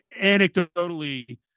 anecdotally